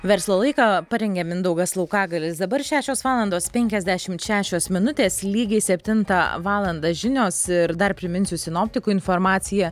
verslo laiką parengė mindaugas laukagalis dabar šešios valandos penkiasdešimt šešios minutės lygiai septintą valandą žinios ir dar priminsiu sinoptikų informaciją